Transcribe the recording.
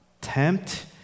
tempt